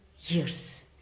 years